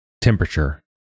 Temperature